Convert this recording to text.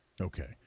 Okay